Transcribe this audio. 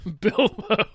Bilbo